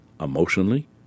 Emotionally